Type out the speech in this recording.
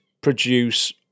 produce